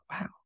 wow